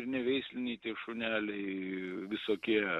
ir neveisliniai šuneliai visokie